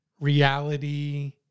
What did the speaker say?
reality